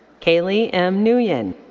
kaylie m. nguyen.